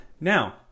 now